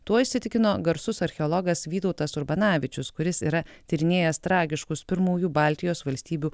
tuo įsitikino garsus archeologas vytautas urbanavičius kuris yra tyrinėjęs tragiškus pirmųjų baltijos valstybių